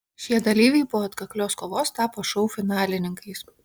šie dalyviai po atkaklios kovos tapo šou finalininkais